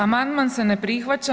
Amandman se ne prihvaća.